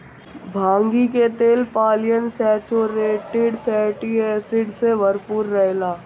भांगी के तेल पालियन सैचुरेटेड फैटी एसिड से भरपूर रहेला